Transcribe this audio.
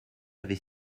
avait